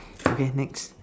okay next